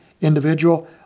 individual